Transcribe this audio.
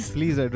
Please